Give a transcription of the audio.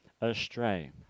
astray